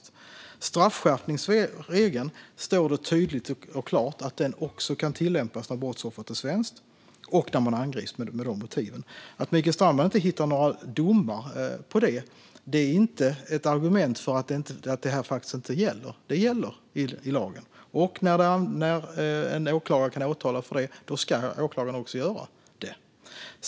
Det står tydligt och klart att straffskärpningsregeln också kan tillämpas när brottsoffret är svenskt och när någon angrips med de motiven. Att Mikael Strandman inte hittar några domar på det är inte ett argument för att detta inte gäller. Det gäller i lagen, och när en åklagare kan åtala för det ska åklagaren också göra det.